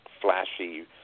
flashy